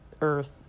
earth